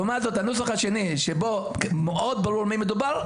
לעומת הזאת הנוסח השני שבו מאוד ברור על מי מדובר,